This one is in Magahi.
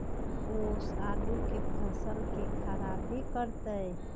ओस आलू के फसल के खराबियों करतै?